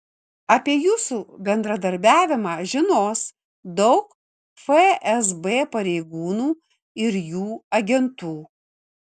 apie jūsų bendradarbiavimą žinos daug fsb pareigūnų ir jų agentų